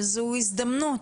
וזו הזדמנות.